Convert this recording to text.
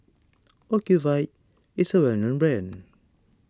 Ocuvite is a well known brand